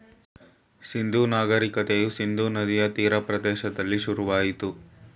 ಸಿಂಧೂ ನಾಗರಿಕತೆಯ ಸಿಂಧೂ ನದಿಯ ತೀರ ಪ್ರದೇಶದಲ್ಲಿ ಶುರುವಾಯಿತು